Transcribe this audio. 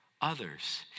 others